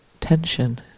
tension